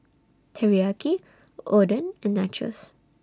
Teriyaki Oden and Nachos